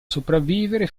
sopravvivere